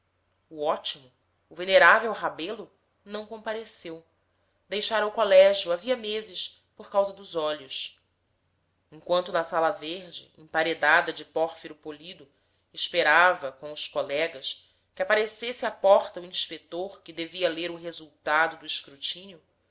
o ótimo o venerável rebelo não compareceu deixara o colégio havia meses por causa dos olhos enquanto na sala verde emparedada de pórfiro polido esperava com os colegas que aparecesse à porta o inspetor que devia ler o resultado do escrutínio